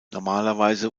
normalerweise